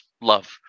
love